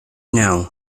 now